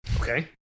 Okay